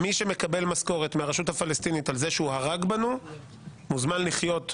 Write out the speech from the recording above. מי שמקבל משכורת מהרשות הפלסטינית על זה שהוא הרג בנו מוזמן לחיות בעזה,